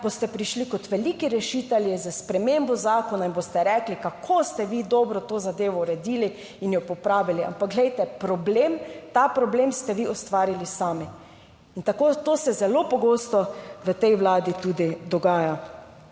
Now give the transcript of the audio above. boste prišli kot veliki rešitelji s spremembo zakona in boste rekli, kako ste vi dobro to zadevo uredili in jo popravili. Ampak glejte, problem, ta problem ste vi ustvarili sami in tako to se zelo pogosto v tej Vladi tudi dogaja.